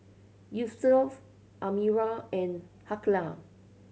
Yusuf Amirah and Aqilah